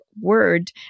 word